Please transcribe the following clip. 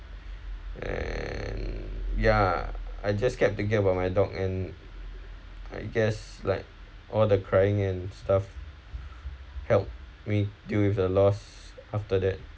and ya I just kept thinking about my dog and I guess like all the crying and stuff help me deal with the loss after that